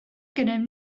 gennym